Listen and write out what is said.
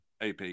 AP